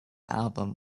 album